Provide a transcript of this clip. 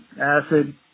acid